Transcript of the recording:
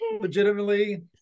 legitimately